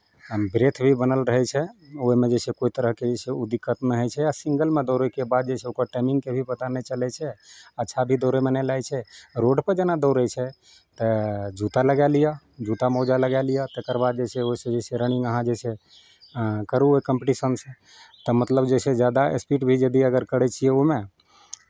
breath भी बनल रहै छै ओहिमे जे छै कोइ तरहके इसभ ओ दिक्कत नहि होइ छै आ सिंगलमे दौड़यके बाद जे छै ओकर टाइमिंगके भी पता नहि चलै छै अच्छा भी दौड़यमे नहि लागै छै रोडपर जेना दौड़ै छै तऽ जूता लगाए लिअ जूता मोजा लगाए लिअ तकर बाद जे छै ओहिसँ जे छै रनिंग अहाँ जे छै करू ओहि कम्पीटिशनसँ तऽ मतलब जे छै जादा स्पीड भी यदि अगर करै छियै ओहिमे